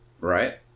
right